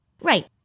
right